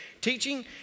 teaching